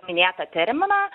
minėtą terminą